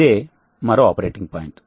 ఇదే మరో operating point